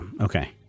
okay